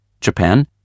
Japan